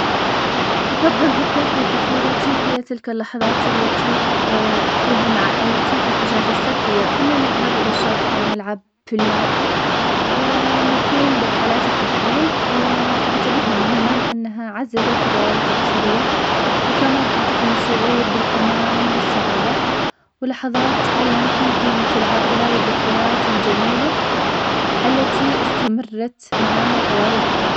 أفضل ذكرى في طفولتي, هي تلك اللحظات التي أقضيها مع عائلتي في الإجازة الصيفية, كنا نذهب إلى الشاطئ, ونلعب في الماء, و نقوم برحلات التخييم, و أعتبرها مهمة لأنها عززت الروابط الأسرية, وكمان أعطتني شعور بالأمان والسعادة, ولحظات علمتني قيمة العائلة, والذكريات الجميلة, التي استمرت معايا طوال الحياة.